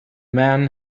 men